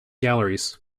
galleries